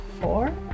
Four